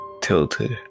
tilted